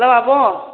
हेल' आब'